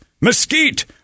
mesquite